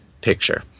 picture